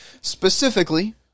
Specifically